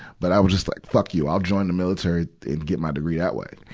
but i was just like fuck you. i'll join the military and get my degree that way,